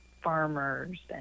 farmers